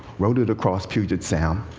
rode it across puget sound